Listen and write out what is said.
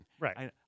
Right